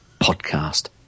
Podcast